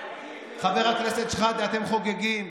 חבר הכנסת שחאדה: אתם חוגגים.